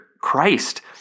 Christ